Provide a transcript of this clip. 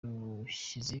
ubushize